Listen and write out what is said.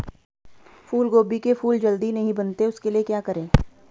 फूलगोभी के फूल जल्दी नहीं बनते उसके लिए क्या करें?